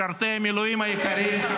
משרתי המילואים היקרים.